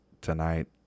tonight